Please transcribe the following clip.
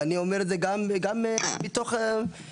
ואני אומר את זה גם מתוך ניסיון,